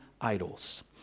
idols